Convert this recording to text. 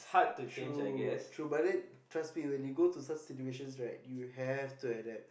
true true but then trust me when you go to such situations right you have to adapt